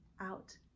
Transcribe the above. out